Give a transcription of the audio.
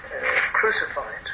crucified